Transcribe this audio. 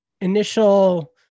initial